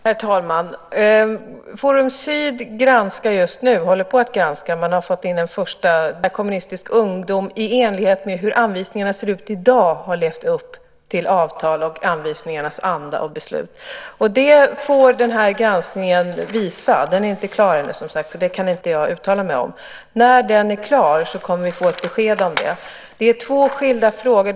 Herr talman! Forum Syd håller just nu på och granskar en första del som man har fått in av den rapport som behandlar frågan om Revolutionär Kommunistisk Ungdom, i enlighet med hur anvisningarna ser ut i dag, har levt upp till avtal och anvisningarnas anda och beslut. Det får den här granskningen visa. Den är inte klar ännu, som sagt, så det kan inte jag uttala mig om. När den är klar kommer vi att få besked om det. Det gäller två skilda frågor.